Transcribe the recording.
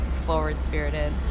forward-spirited